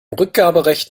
rückgaberecht